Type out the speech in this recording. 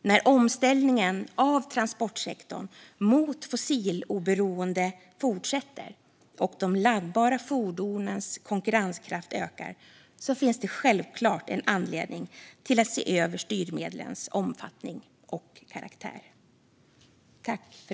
När omställningen av transportsektorn mot fossiloberoende fortsätter och de laddbara fordonens konkurrenskraft ökar finns det självklart anledning att se över styrmedlens omfattning och karaktär.